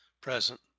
present